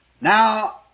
Now